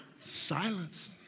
Silence